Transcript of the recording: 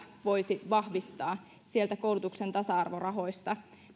voisi vahvistaa koulutuksen tasa arvorahoista